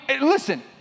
listen